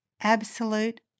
absolute